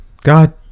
God